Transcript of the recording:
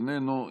איננו.